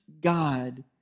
God